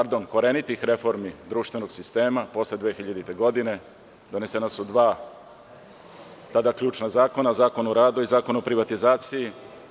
Pod sloganom korenitih reformi društvenog sistema posle 2000. godine, donešena su dva tada ključna zakona, Zakon o radu i Zakon o privatizaciji.